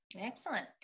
Excellent